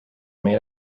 made